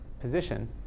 position